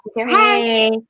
hi